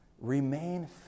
Remain